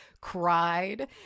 cried